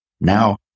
Now